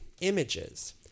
images